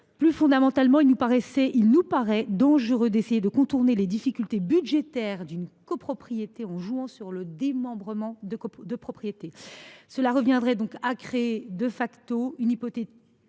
Plus fondamentalement, il nous paraît dangereux d’essayer de contourner les difficultés budgétaires d’une copropriété en jouant sur le démembrement de propriété. Cela reviendrait à créer une hypothèque